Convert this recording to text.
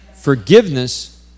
Forgiveness